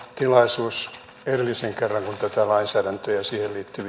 tilaisuus edellisen kerran kun tätä lainsäädäntöä ja siihen liittyviä henkilöstön työehtoja arvioitiin